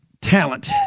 talent